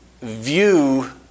view